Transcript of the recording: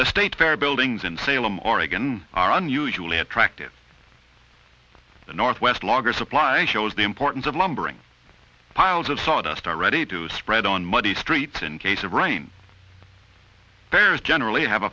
the state fair buildings in salem oregon are unusually attractive the northwest loggers supply shows the importance of lumbering piles of sawdust ready to spread on muddy streets in case of rain there's generally have